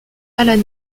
allan